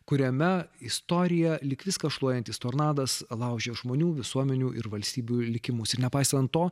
kuriame istorija lyg viską šluojantis tornadas laužė žmonių visuomenių ir valstybių likimus ir nepaisant to